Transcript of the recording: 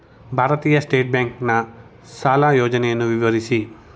ಭಾರತೀಯ ಸ್ಟೇಟ್ ಬ್ಯಾಂಕಿನ ಸಾಲ ಯೋಜನೆಯನ್ನು ವಿವರಿಸಿ?